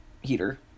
Heater